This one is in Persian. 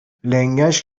لنگش